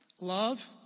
Love